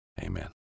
Amen